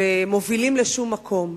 והם מובילים לשום מקום.